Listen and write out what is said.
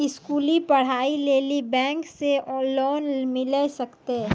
स्कूली पढ़ाई लेली बैंक से लोन मिले सकते?